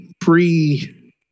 pre